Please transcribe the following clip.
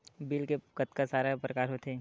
Bill के कतका सारा प्रकार होथे?